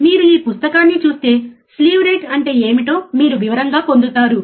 మీరు ఈ పుస్తకాన్ని చూస్తే స్లీవ్ రేటు అంటే ఏమిటో మీరు వివరంగా పొందుతారు